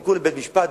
וחיכו לבית-משפט.